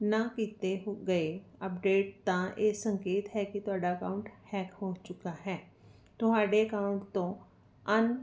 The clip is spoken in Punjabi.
ਨਾ ਕੀਤੇ ਹੋ ਗਏ ਅਪਡੇਟ ਤਾਂ ਇਹ ਸੰਕੇਤ ਹੈ ਕਿ ਤੁਹਾਡਾ ਅਕਾਊਂਟ ਹੈਕ ਹੋ ਚੁੱਕਾ ਹੈ ਤੁਹਾਡੇ ਅਕਾਊਂਟ ਤੋਂ ਅਨ